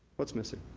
what's missing?